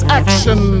action